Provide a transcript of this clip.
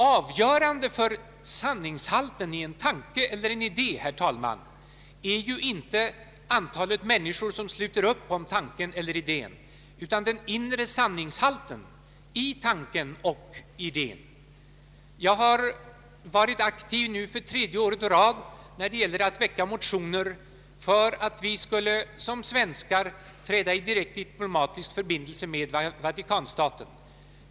Avgörande för värdet i en tanke eller en idé, herr talman, är ju inte antalet människor som sluter upp kring tanken eller idén utan den inre sanningshalten i tanken och idén. Det är nu tredje året i rad jag varit aktiv när det gällt att väcka motioner om att Sverige borde träda i direkt diplomatisk förbindelse med Vatikanstaten.